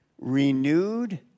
Renewed